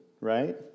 right